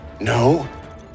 No